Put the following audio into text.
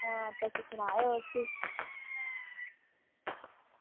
आं तुस सनाओ उसी